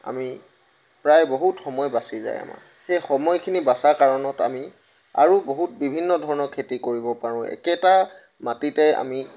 আমি প্ৰায় বহুত সময় বাচি যায় আমাৰ সেই সময়খিনি বচাৰ কাৰণত আমি আৰু বহুত বিভিন্ন ধৰণৰ খেতি কৰিব পাৰোঁ একেটা মাটিতে আমি